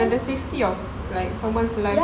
the safety of like someone's life